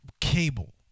Cable